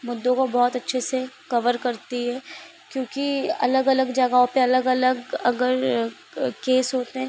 मुद्दों को बहुत अच्छे से कवर करती है क्योंकि अलग अलग जगहों पर अलग अलग अगर केस होते हैं